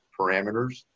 parameters